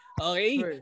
Okay